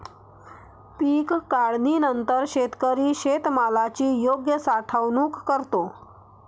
पीक काढणीनंतर शेतकरी शेतमालाची योग्य साठवणूक करतो